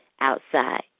outside